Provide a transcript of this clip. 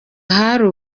ahari